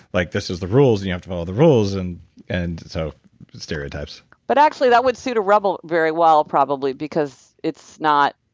like this is the rules, and you have to follow the rules, and and so stereotypes but actually, that would suit a rebel very well probably because it's not.